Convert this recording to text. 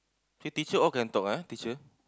so teacher all can talk eh teacher